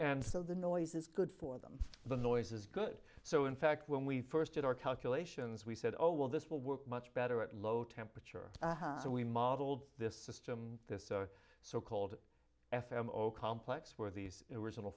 and so the noise is good for them the noise is good so in fact when we first did our calculations we said oh well this will work much better at low temperature and we modeled this system this so called f m o complex where these original